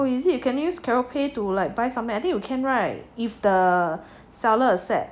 oh is it you can use Caroupay to like buy something I think you can right if the seller accept